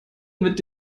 mit